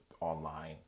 online